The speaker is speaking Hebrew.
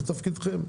זה תפקידכם.